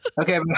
Okay